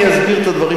אני אסביר את הדברים,